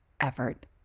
effort